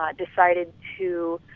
ah decided too